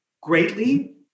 greatly